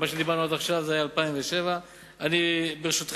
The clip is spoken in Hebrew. מה שדיברנו עד עכשיו היה על 2007. ברשותך,